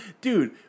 dude